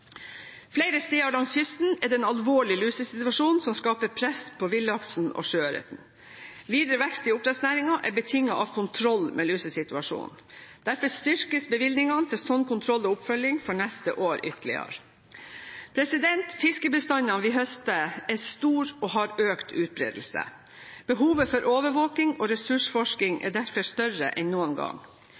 Flere steder langs kysten er det en alvorlig lusesituasjon som skaper press på villaksen og sjøørreten. Videre vekst i oppdrettsnæringen er betinget av kontroll med lusesituasjonen. Derfor styrkes bevilgningene til slik kontroll og oppfølging for neste år ytterligere. Fiskebestandene vi høster, er store og har økt utbredelse. Behovet for overvåking og ressursforskning er derfor større enn noen gang.